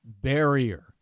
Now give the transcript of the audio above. barrier